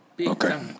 Okay